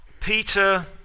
Peter